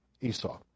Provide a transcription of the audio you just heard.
Esau